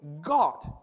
God